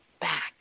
back